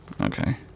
Okay